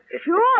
Sure